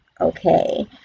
Okay